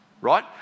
right